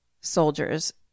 soldiers